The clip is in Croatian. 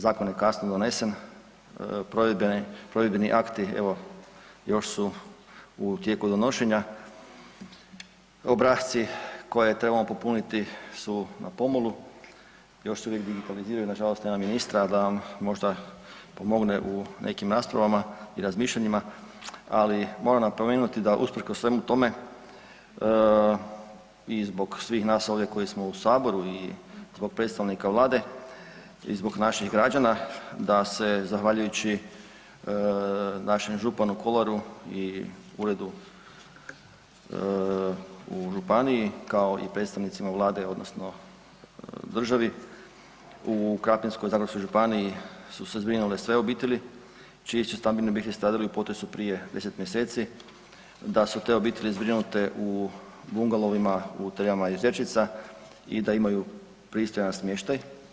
Zakon je kasno donesen, provedbeni akti evo još su u tijeku donošenja, obrasci koje trebamo popuniti su na pomolu još se uvijek digitaliziraju, nažalost nema ministra da vam možda pomogne u nekim raspravama i razmišljanjima, ali napomenuti da usprkos svemu tome i zbog svih nas ovdje koji smo u saboru i zbog predstavnika Vlade i zbog naših građana da se zahvaljujući našem županu Kolaru i uredu u županiji kao i predstavnicima Vlade odnosno državi u Krapinsko-zagorskoj županiji su se zbrinule sve obitelji čiji su stambeni objekti stradali u potresu prije 10 mjeseci, da su te obitelji zbrinute u bungalovima u termama Jezerčica i da imaju pristojan smještaj.